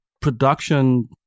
production